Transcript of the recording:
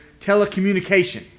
telecommunication